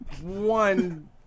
one